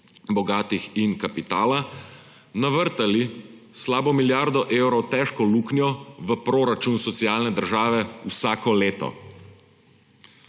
bogatih in kapitala navrtale slabo milijardo evrov težko luknjo v proračun socialne države vsako leto.